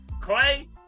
Clay